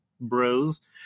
bros